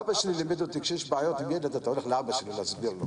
אבא שלי לימד אותי שכשיש בעיות עם ילד אתה הולך להסביר לאבא שלו.